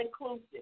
inclusive